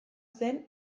zen